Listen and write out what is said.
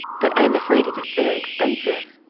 but i am afraid it is very expensive.